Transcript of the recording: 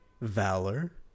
valor